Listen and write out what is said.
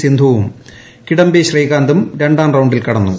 സിന്ധുവും കിഡംബി ശ്രീകാന്തും രണ്ടാം റൌണ്ടിൽ കടന്നു